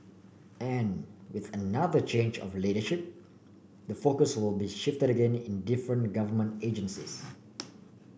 and with another change of leadership the focus will be shifted again in different government agencies